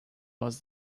was